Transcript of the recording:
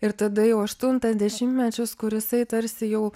ir tada jau aštuntas dešimtmečius kur jisai tarsi jau